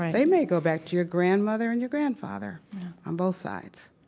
they may go back to your grandmother and your grandfather on both sides.